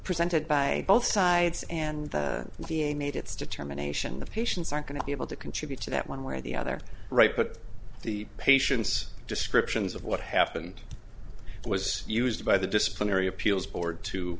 presented by both sides and the being made its determination the patients aren't going to be able to contribute to that one way or the other right but the patient's descriptions of what happened was used by the disciplinary appeals board to